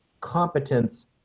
competence